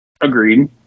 Agreed